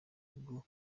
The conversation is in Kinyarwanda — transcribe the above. ubwo